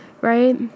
right